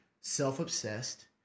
self-obsessed